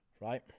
right